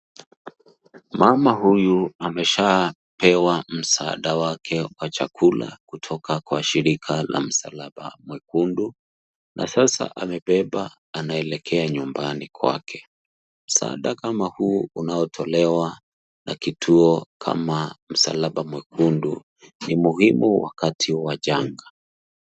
Mama huyu ameshapewa msaada wake wa chakula kutoka kwa shirika la msalaba mwekundu na sasa amebeba anaelekea nyumbani kwake. Msaada kama huu unaotolewa na kituo kama msalaba mwekundu ni muhimu wakati wa janga.